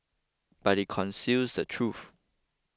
but it conceals the truth